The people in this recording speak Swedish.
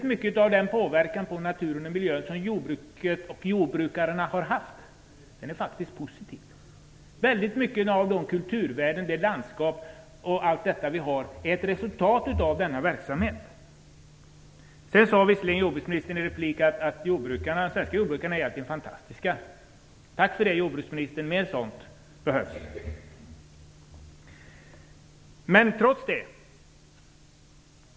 En stor del av den påverkan på naturen och miljön som jordbruket och jordbrukarna har stått för är faktiskt positiv. En stor del av de kulturvärden och det landskap som vi har är ett resultat av denna verksamhet. Jordbruksministern sade visserligen i en replik att de svenska jordbrukarna egentligen är fantastiska. Tack för det, jordbruksminister! Det behövs mer sådant.